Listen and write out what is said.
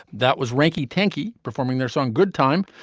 that was rinky tanky performing their song good time.